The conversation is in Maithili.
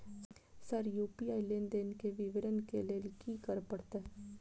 सर यु.पी.आई लेनदेन केँ विवरण केँ लेल की करऽ परतै?